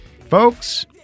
Folks